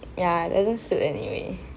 ya it's just fake anyway